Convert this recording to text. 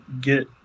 get